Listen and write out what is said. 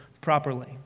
properly